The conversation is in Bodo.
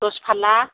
दस फारला